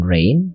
Rain